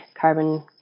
carbon